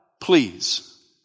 please